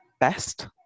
best